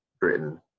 britain